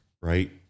right